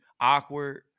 awkward